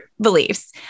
beliefs